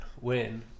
win